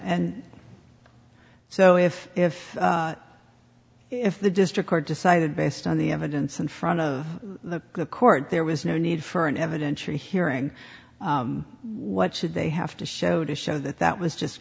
and so if if if the district court decided based on the evidence in front of the court there was no need for an evidentiary hearing what should they have to show to show that that was just